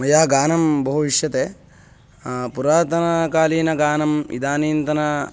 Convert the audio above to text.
मया गानं बहु इष्यते पुरातनाकालीनगानम् इदानीन्तन